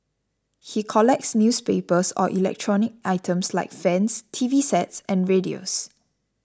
he collects newspapers or electronic items like fans T V sets and radios